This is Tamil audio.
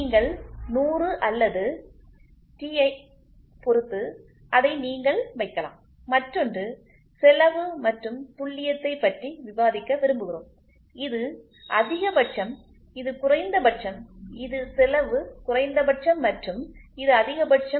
நீங்கள் 100 அல்லது ற்றி ஐப் பொறுத்து அதை நீங்கள் வைக்கலாம் மற்றொன்று செலவு மற்றும் துல்லியத்தைப் பற்றி விவாதிக்க விரும்புகிறோம் இது அதிகபட்சம் இது குறைந்தபட்சம் இது செலவு குறைந்தபட்சம் மற்றும் இது அதிகபட்சம்